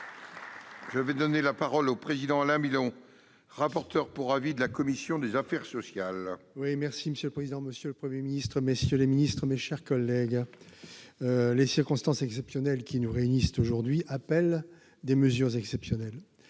s'annoncent. La parole est à M. le rapporteur pour avis de la commission des affaires sociales. Monsieur le président, monsieur le Premier ministre, messieurs les ministres, mes chers collègues, les circonstances exceptionnelles qui nous réunissent aujourd'hui appellent des mesures exceptionnelles.